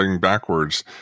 backwards